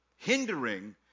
hindering